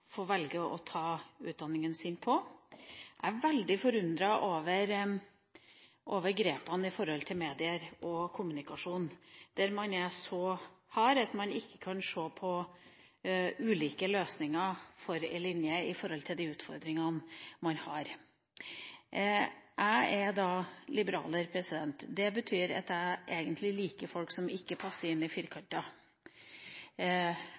velge å ta utdanninga si på. Jeg er veldig forundret over grepene overfor medier og kommunikasjon, der man er så hard at man ikke kan se på ulike løsninger for en linje i forhold til de utfordringene man har. Jeg er liberaler. Det betyr at jeg egentlig liker folk som ikke passer inn i